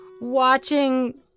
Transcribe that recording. watching